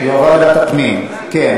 לוועדת הפנים, כן.